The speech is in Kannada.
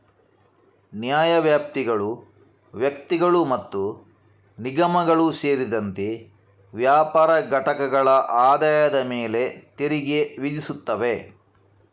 ನ್ಯಾಯವ್ಯಾಪ್ತಿಗಳು ವ್ಯಕ್ತಿಗಳು ಮತ್ತು ನಿಗಮಗಳು ಸೇರಿದಂತೆ ವ್ಯಾಪಾರ ಘಟಕಗಳ ಆದಾಯದ ಮೇಲೆ ತೆರಿಗೆ ವಿಧಿಸುತ್ತವೆ